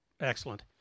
excellent